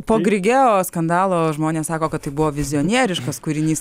po grigeo skandalo žmonės sako kad tai buvo vizionieriškas kūrinys